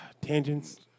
Tangents